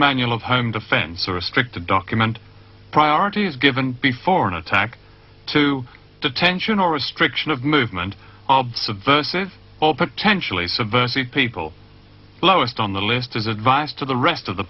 manual of home defense or a strict document priority is given before an attack to detention or restriction of movement arbs of vs all potentially subversive people lowest on the list as advice to the rest of the